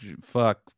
fuck